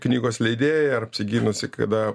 knygos leidėja ar apsigynusi kada